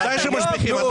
ודאי שמשביחים.